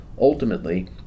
Ultimately